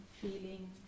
feeling